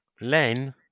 Len